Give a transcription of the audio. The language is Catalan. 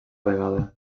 vegada